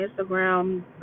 Instagram